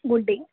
good day